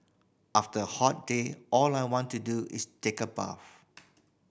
after a hot day all I want to do is take a bath